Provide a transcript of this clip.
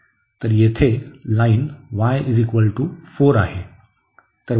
तर येथे line y 4 आहे